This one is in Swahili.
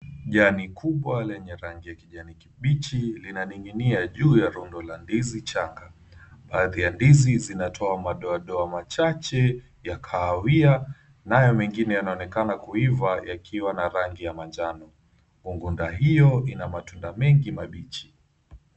Jani kubwa lenye rangi ya kijani kibichi, linaning'inia juu ya rundo la ndizi changa. Baadhi ya ndizi zinatoa madoadoa machache ya kahawia nayo mengine yanaonekana kuiva yakiwa na rangi ya manjano. Mkunga hiyo ina matunda mengi mabichi.